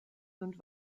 sind